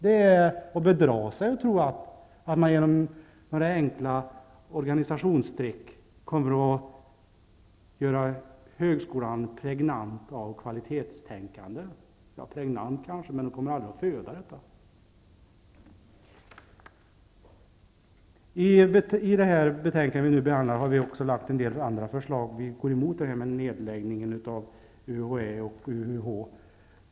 Det är att bedra sig att tro att man genom några enkla organisationstrick kommer att göra högskolan pregnant av kvalitetstänkande. Pregnant kanske, men den kommer aldrig att föda. I det betänkande vi nu behandlar har vi också fört fram en del andra förslag. Vi går emot nedläggningen av UHÄ och UUH.